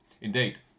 Indeed